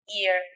ear